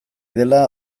dela